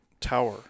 tower